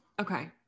Okay